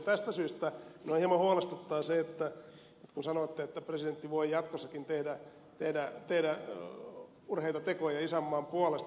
tästä syystä minua hieman huolestuttaa se kun sanoitte että presidentti voi jatkossakin tehdä urheita tekoja isänmaan puolesta